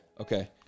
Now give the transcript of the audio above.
okay